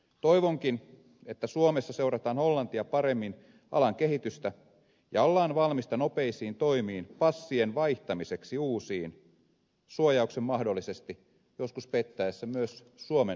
toivonkin että suomessa seurataan hollantia paremmin alan kehitystä ja ollaan valmiita nopeisiin toimiin passien vaihtamiseksi uusiin suojauksen mahdollisesti joskus pettäessä myös suomen passien osalta